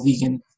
vegan